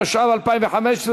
התשע"ו 2015,